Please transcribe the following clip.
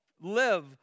live